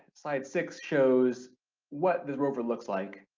slide six shows what the rover looks like,